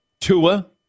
Tua